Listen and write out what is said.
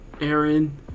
Aaron